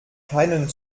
keinen